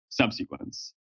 subsequence